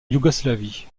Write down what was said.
yougoslavie